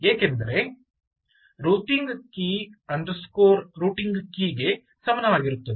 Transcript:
ಏಕೆಂದರೆ routing key underscore routing key routingkey routingkeyಗೆ ಸಮನಾಗಿರುತ್ತದೆ